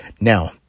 Now